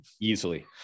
easily